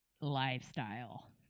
lifestyle